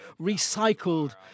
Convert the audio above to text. recycled